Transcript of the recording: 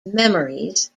memories